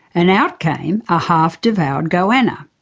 and out came a half devoured goanna.